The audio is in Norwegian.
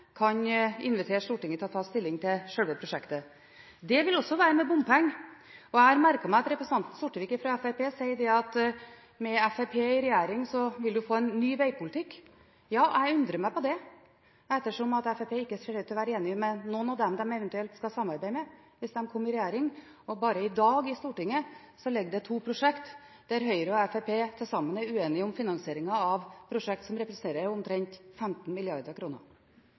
kan invitere Stortinget til å ta stilling til selve prosjektet. Det vil også være med bompenger. Jeg har merket meg at representanten Sortevik fra Fremskrittspartiet sier at med Fremskrittspartiet i regjering vil man få en ny vegpolitikk. Ja, jeg undrer meg på det ettersom Fremskrittspartiet ikke ser ut til å være enig med noen av dem de eventuelt skal samarbeide med hvis de kommer i regjering. Bare i dag er det to saker i Stortinget der Høyre og Fremskrittspartiet til sammen er uenige om finansieringen av prosjekt som representerer omtrent 15